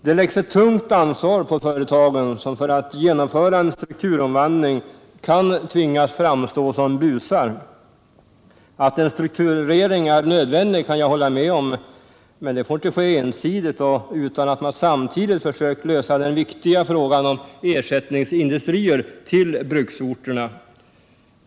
Det läggs ett tungt ansvar på företagen, som för att genomföra en strukturomvandling kan tvingas framstå som busar. Att en strukturering är nödvändig kan jag hålla med om, men den får inte ske ensidigt och utan att man samtidigt försökt lösa den viktiga frågan om ersättningsindustrier till bruksorterna.